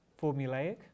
formulaic